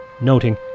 noting